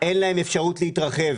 ואין להם אפשרות להתרחב.